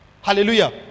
Hallelujah